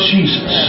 Jesus